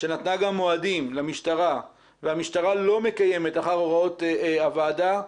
שנתנה גם מועדים למשטרה והמשטרה לא מקיימת אחר הוראות הוועדה,